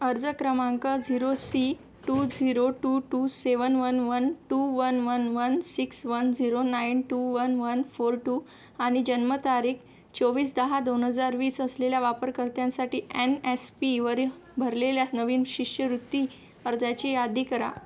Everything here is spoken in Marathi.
अर्ज क्रमांक zero C two zero two two seven one one two one one one six one zero nine two one one four two आणि जन्मतारीख चोवीस दहा दोन हजार वीस असलेल्या वापरकर्त्यांसाठी एन एस पीवरील भरलेल्या नवीन शिष्यवृत्ती अर्जाची यादी करा